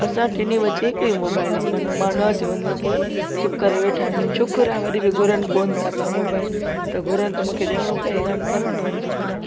असां टिन्हिनि में जो हिक ई मोबाइल आहे मन मां न चवंदी आहे त चुप करे वेठा आहिनि शुकुरु आहे वरी बि घुरनि कोन था पिया मोबाइल न त घुरनि त मूंखे ॾियणो पए रांदि करन न वरी छोकिरां